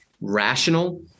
rational